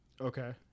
Okay